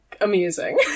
amusing